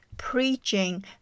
preaching